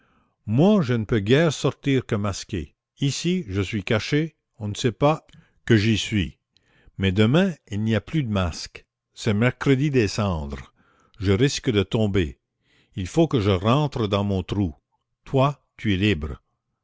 moi je ne peux guère sortir que masqué ici je suis caché on ne sait pas que j'y suis mais demain il n'y a plus de masques c'est mercredi des cendres je risque de tomber il faut que je rentre dans mon trou toi tu es libre